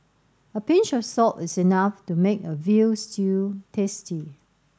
a pinch of salt is enough to make a veal stew tasty